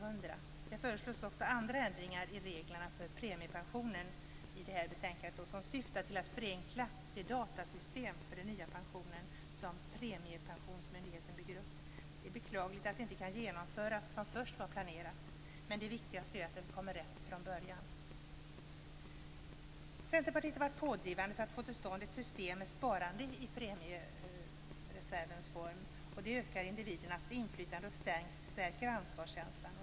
Det föreslår i betänkandet också andra ändringar i reglerna för premiepensionen som syftar till att förenkla det datasystem för den nya pension som Premiepensionsmyndigheten bygger upp. Det är beklagligt att det inte kan genomföras som först var planerat, men det viktigaste är att komma rätt från början. Centerpartiet har varit pådrivande för att få till stånd ett system med sparande i premiereservens form. Det ökar individernas inflytande och stärker ansvarskänslan.